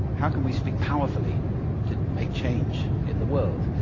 how can we speak powerfully to make change in the world?